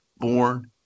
born